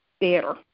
better